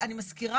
אני מזכירה,